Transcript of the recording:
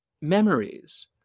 memories